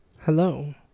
Hello